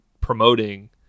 promoting